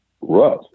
rough